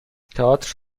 تئاتر